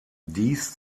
dies